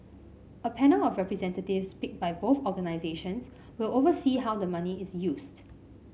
a panel of representatives picked by both organisations will oversee how the money is used